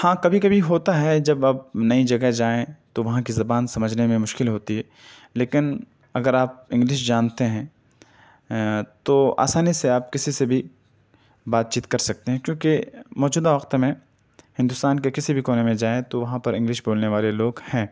ہاں کبھی کبھی ہوتا ہے جب آپ نئی جگہ جائیں تو وہاں کی زبان سمجھنے میں مشکل ہوتی ہے لیکن اگر آپ انگلش جانتے ہیں تو آسانی سے آپ کسی سے بھی بات چیت کر سکتے ہیں کیونکہ موجودہ وقتوں میں ہندوستان کے کسی بھی کونے میں جائیں تو وہاں پر انگلش بولنے والے لوگ ہیں